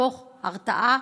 מתוך הרתעה